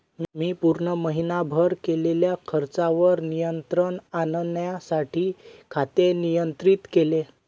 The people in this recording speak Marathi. मी पूर्ण महीनाभर केलेल्या खर्चावर नियंत्रण आणण्यासाठी खाते नियंत्रित केले